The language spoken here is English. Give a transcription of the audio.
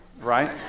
right